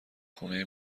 خونه